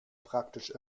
praktisch